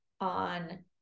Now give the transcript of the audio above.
on